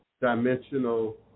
dimensional